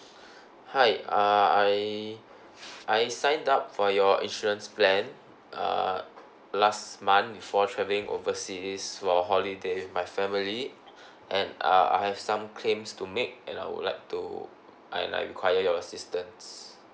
hi uh I I signed up for your insurance plan err last month before travelling overseas for holiday with my family and uh I have some claims to make and I would like to I I require your assistance